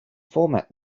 format